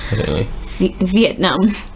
Vietnam